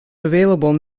available